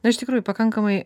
na iš tikrųjų pakankamai